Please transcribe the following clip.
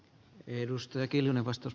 tuntui aika pahalta